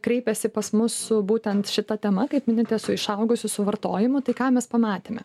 kreipiasi pas mus su būtent šita tema kaip minite su išaugusiu suvartojimu tai ką mes pamatėme